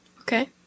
Okay